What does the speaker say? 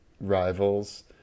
rivals